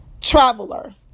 traveler